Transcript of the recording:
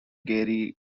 gary